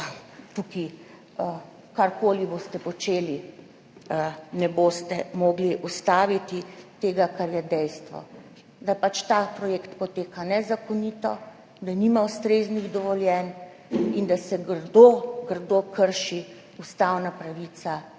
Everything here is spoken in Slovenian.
dna. Karkoli boste tukaj počeli, ne boste mogli ustaviti tega, kar je dejstvo, da pač ta projekt poteka nezakonito, da nima ustreznih dovoljenj in da se grdo, grdo krši ustavna pravica do